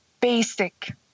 basic